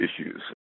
issues